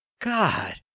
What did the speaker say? God